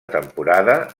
temporada